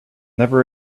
never